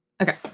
Okay